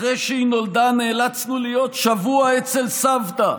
אחרי שהיא נולדה נאלצנו להיות שבוע אצל סבתא,